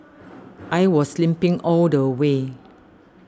I was limping all the way